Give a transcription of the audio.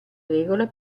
regola